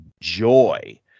joy